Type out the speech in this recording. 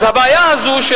אז הבעיה הזאת של